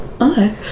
okay